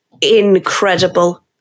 incredible